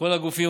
ובכל הגופים,